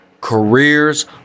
careers